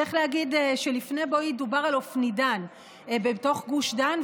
צריך להגיד שלפני בואי דובר על "אופנידן" בתוך גוש דן,